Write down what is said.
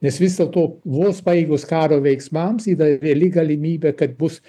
nes vis dėlto vos baigus karo veiksmams yra reali galimybė kad bus